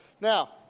Now